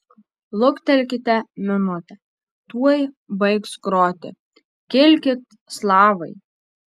luktelkite minutę tuoj baigs groti kilkit slavai